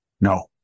No